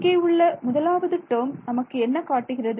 இங்கே உள்ள முதலாவது டேர்ம் நமக்கு என்ன காட்டுகிறது